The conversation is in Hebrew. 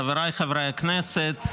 חבריי חברי הכנסת,